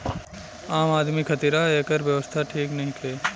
आम आदमी खातिरा एकर व्यवस्था ठीक नईखे